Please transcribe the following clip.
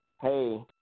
hey